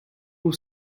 will